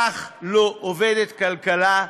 כך לא עובדת כלכלה,